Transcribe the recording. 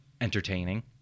entertaining